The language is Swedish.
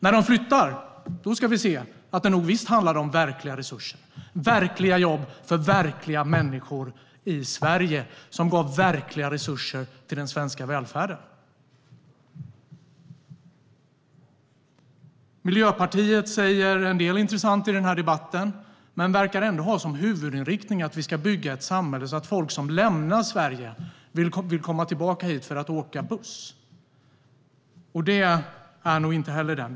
När de flyttar ska vi se att det visst handlade om verkliga resurser - verkliga jobb för verkliga människor i Sverige som gav verkliga resurser till den svenska välfärden. Miljöpartiet säger en del intressant i debatten men verkar ändå ha som huvudinriktning att vi ska bygga ett samhälle så att folk som lämnar Sverige vill komma tillbaka hit för att åka buss.